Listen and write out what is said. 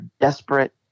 desperate